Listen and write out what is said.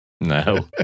No